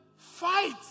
Fight